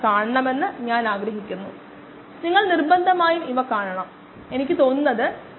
ആ സമയം 30 മിനിറ്റിലധികം ആണെങ്കിൽ അതെ 30 മിനിറ്റ് കഴിയുമ്പോൾ 7